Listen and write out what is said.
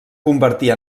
convertir